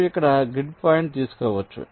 మీరు ఇక్కడ grid point తీసుకోవచ్చు